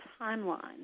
timeline